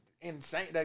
insane